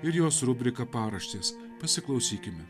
ir jos rubrika paraštės pasiklausykime